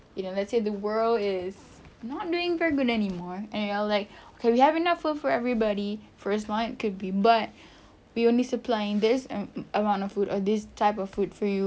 you know let's say the world is not doing good anymore and all like okay we have enough for everybody first one could be but we only supplying this amount of food this type of food for you